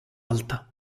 alta